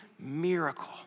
miracle